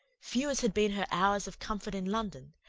few as had been her hours of comfort in london,